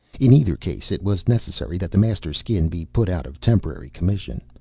in either case, it was necessary that the master skin be put out of temporary commission,